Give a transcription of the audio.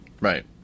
Right